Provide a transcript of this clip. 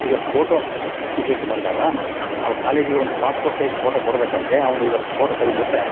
ಈಗ ಫೋಟೊ ವಿಷಯಕ್ಕೆ ಬಂದಾಗ ನಾವು ಕಾಲೇಜಿಗೆ ಒಂದು ಪಾಸ್ಪೋರ್ಟ್ ಸೈಜ್ ಫೋಟೊ ಕೊಡ್ಬೇಕಂದ್ರೆ ಅವ್ನು ಇವತ್ತು ಫೋಟೊ ತೆಗೆದ್ಬಿಟ್ರೆ